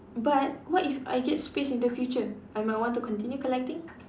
but what if I get space in the future I might want to continue collecting